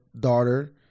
daughter